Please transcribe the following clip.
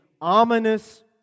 ominous